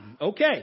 Okay